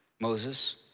Moses